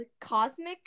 Cosmic